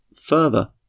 further